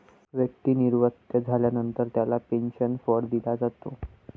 व्यक्ती निवृत्त झाल्यानंतर त्याला पेन्शन फंड दिला जातो